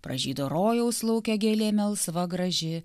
pražydo rojaus lauke gėlė melsva graži